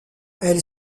elle